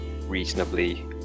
reasonably